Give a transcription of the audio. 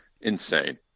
Insane